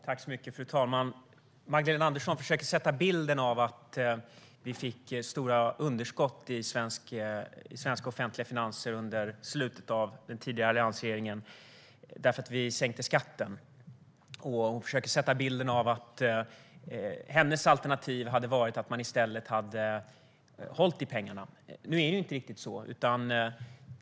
Fru talman! Magdalena Andersson försöker sätta bilden att det uppstod stora underskott i svenska offentliga finanser under slutet av den tidigare alliansregeringens regeringsperiod, därför att vi sänkte skatten. Hon försöker sätta bilden att hennes alternativ hade varit att man hade hållit i pengarna. Nu är det ju inte riktigt så.